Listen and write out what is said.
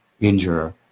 injure